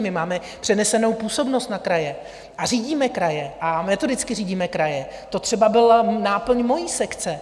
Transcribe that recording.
My máme přenesenou působnost na kraje a řídíme kraje, metodicky řídíme kraje, to třeba byla náplň mojí sekce.